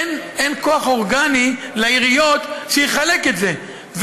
אין כוח אורגני לעיריות שיחלק את זה,